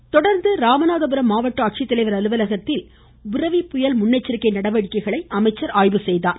voice பின்னர் ராமநாதபுரம் மாவட்ட ஆட்சித்தலைவர் அலுவலகத்தில் புரெவி புயல் முன்னெச்சரிக்கை நடவடிக்கைகளை ஆய்வு செய்தார்